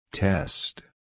Test